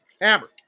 Amber